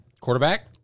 Quarterback